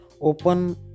Open